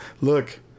look